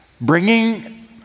bringing